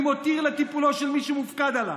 אני מותיר לטיפולו של מי שמופקד על כך.